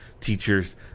teachers